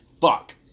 fuck